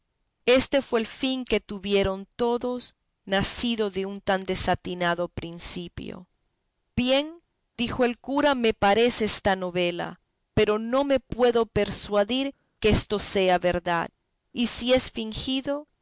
éste fue el fin que tuvieron todos nacido de un tan desatinado principio bien dijo el cura me parece esta novela pero no me puedo persuadir que esto sea verdad y si es fingido